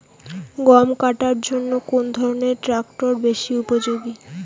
গম কাটার জন্য কোন ধরণের ট্রাক্টর বেশি উপযোগী?